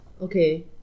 Okay